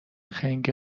خنگ